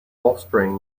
offspring